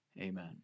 Amen